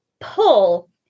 pull